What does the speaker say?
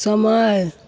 समय